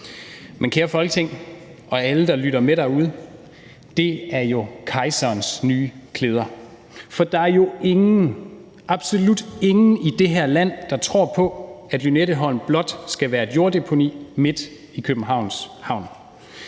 Men kære Folketing og alle, der lytter med derude: Det er jo kejserens nye klæder. For der er jo ingen i det her land – absolut ingen – der tror på, at Lynetteholmen blot skal være et jorddeponi midt i Københavns Havn.